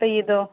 അപ്പോൾ ഇതൊ